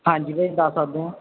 ਹਾਂਜੀ ਭਾਅ ਜੀ ਜਾ ਸਕਦੇ ਹੋ